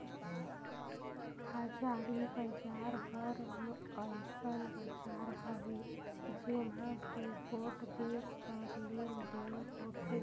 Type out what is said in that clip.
हाजरी बजार हर अइसन बजार हवे जेम्हां दुगोट देस कर लेन देन होथे